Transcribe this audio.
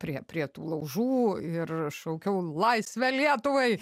prie prie tų laužų ir šaukiau laisvę lietuvai